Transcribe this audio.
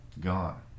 Gone